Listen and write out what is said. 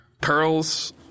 Pearl's